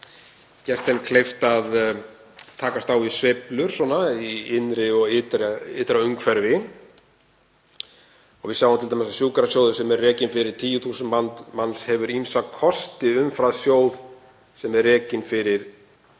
gert þeim kleift að takast á við sveiflur í innra og ytri ytra umhverfi. Við sjáum t.d. að sjúkrasjóður sem er rekinn fyrir 10.000 manns hefur ýmsa kosti umfram sjóð sem er rekinn fyrir